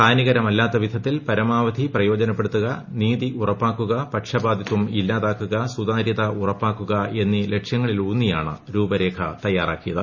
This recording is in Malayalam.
ഹാനികരമല്ലാത്ത വിധത്തിൽ പരമാവധി പ്രയോജന്പ്പെടുത്തുക നീതി ഉറപ്പാക്കുക പക്ഷപാതിത്വം ഇല്ലാതാക്കുക്ട് സൂതാരൃത ഉറപ്പാക്കുക എന്നീ ലക്ഷ്യങ്ങളിലൂന്നിയാണ് ക്രൂപ്പരേഖ തയ്യാറാക്കിയത്